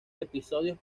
episodios